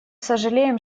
сожалеем